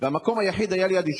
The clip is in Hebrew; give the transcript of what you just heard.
והמקום היחיד היה ליד אשה,